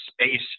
space